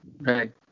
right